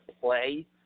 play